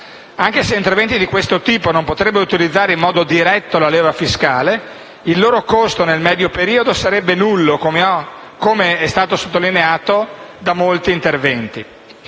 Anche se interventi di questo tipo non potrebbero utilizzare in modo diretto la leva fiscale, il loro costo nel medio periodo sarebbe nullo, come sottolineato da molti interventi.